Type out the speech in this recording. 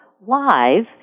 live